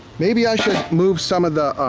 maybe i should move some of the